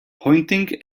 pointing